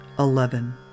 Eleven